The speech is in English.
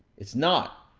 it's not,